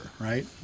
right